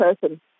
person